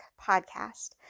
Podcast